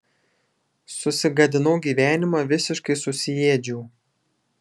susigadinau gyvenimą visiškai susiėdžiau